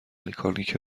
مکانیک